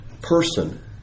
person